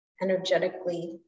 energetically